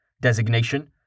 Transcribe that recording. Designation